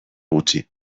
gutxi